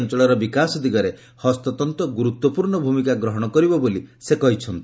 ଅଞ୍ଚଳର ବିକାଶ ଦିଗରେ ହସ୍ତତ୍ତ ଗୁରୁତ୍ୱପୂର୍ଣ୍ଣ ଭୂମିକା ଗ୍ରହଣ କରିବ ବୋଲି ସେ କହିଛନ୍ତି